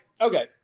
okay